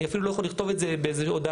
אני אפילו לא יכול לכתוב את זה באיזה הודעה.